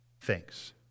thanks